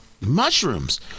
mushrooms